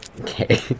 Okay